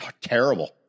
terrible